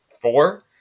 four